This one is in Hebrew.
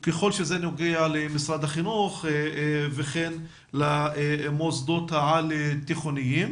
ככל שזה נוגע למשרד החינוך וכן למוסדות העל תיכוניים,